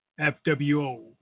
FWO